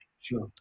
Sure